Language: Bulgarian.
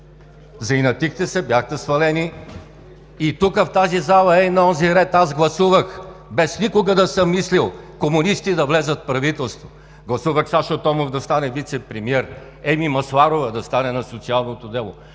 Заинатихте се, бяхте свалени и тук, в тази зала, ей на онзи ред, аз гласувах – без никога да съм мислил, комунисти да влязат в правителството. Гласувах Сашо Томов да стане вицепремиер, Емилия Масларова да стане на социалното дело,